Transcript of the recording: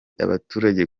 abaturage